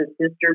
sister